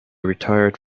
retired